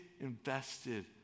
invested